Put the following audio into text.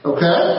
Okay